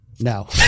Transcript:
No